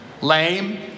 lame